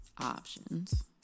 options